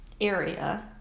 area